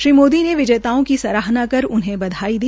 श्री मोदी ने विजेताओं की सराहना कर उनहें बधाई दी